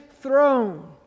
throne